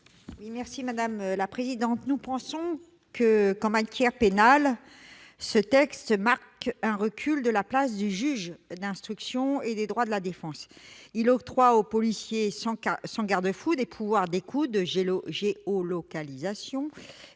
Mme Éliane Assassi. Nous pensons qu'en matière pénale ce texte marque un recul de la place du juge d'instruction et des droits de la défense. Il octroie aux policiers, sans garde-fou, des pouvoirs d'écoute, de géolocalisation